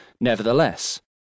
Nevertheless